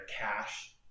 cash